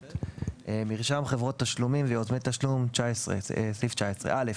מרשם חברות תשלומים ויוזמי תשלום 19. (א)